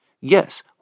Yes